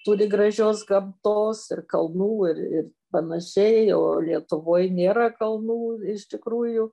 turi gražios gamtos ir kalnų ir ir panašiai o lietuvoj nėra kalnų iš tikrųjų